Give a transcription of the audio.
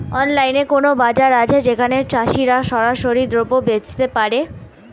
অনলাইনে কোনো বাজার আছে যেখানে চাষিরা সরাসরি দ্রব্য বেচতে পারে?